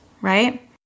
Right